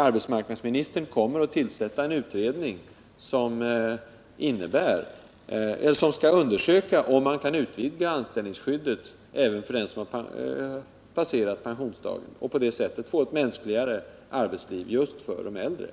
Arbetsmarknadsministern kommer att tillsätta en utredning, som skall undersöka om man kan utvidga anställningsskyddet även för den som har passerat pensionsdagen och på det sättet skapa ett mänskligare arbetsliv just för de äldre.